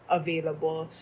available